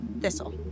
Thistle